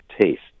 taste